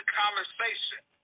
conversation